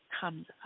comes